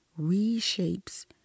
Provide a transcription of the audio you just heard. reshapes